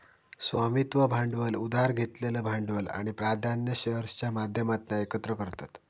स्वामित्व भांडवल उधार घेतलेलं भांडवल आणि प्राधान्य शेअर्सच्या माध्यमातना एकत्र करतत